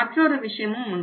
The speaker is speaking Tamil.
மற்றொரு விஷயமும் உண்டு